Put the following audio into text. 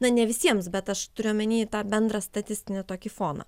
na ne visiems bet aš turiu omeny tą bendrą statistinį tokį foną